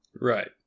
right